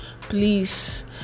please